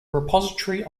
repository